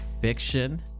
Fiction